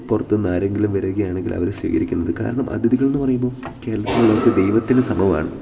പുറത്തുനിന്ന് ആരെങ്കിലും വരികയാണെങ്കിൽ അവരെ സ്വീകരിക്കുന്നത് കാരണം അതിഥികളെന്ന് പറയുമ്പോൾ കേരളത്തിലുള്ളവർക്ക് ദൈവത്തിന് സമവാണ്